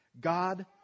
God